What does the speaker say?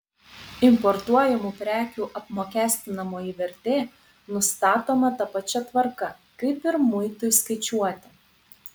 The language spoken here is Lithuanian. importuojamų prekių apmokestinamoji vertė nustatoma ta pačia tvarka kaip ir muitui skaičiuoti